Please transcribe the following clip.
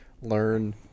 learn